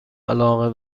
علاقه